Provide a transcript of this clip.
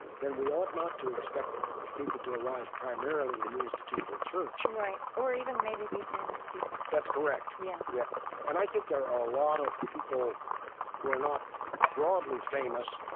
then we ought not to expect people to arise primarily in the institutional church right, or even maybe be famous people that's correct. yeah yeah and i think there are a lot of people who are not broadly famous,